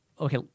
okay